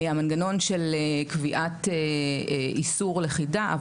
המנגנון של קביעת איסור לכידה.